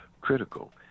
critical